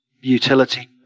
utility